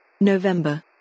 November